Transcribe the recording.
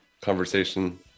conversation